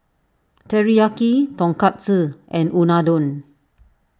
Teriyaki Tonkatsu and Unadon